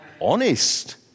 honest